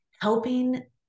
helping